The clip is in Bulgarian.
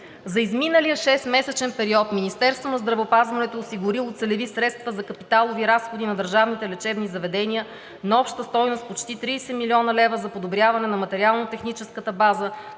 За изминалия шестмесечен период Министерството на здравеопазването е осигурило целеви средства за капиталови разходи на държавните лечебни заведения на обща стойност почти 30 млн. лв. за подобряване на материално-техническата база,